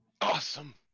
Awesome